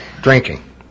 drinking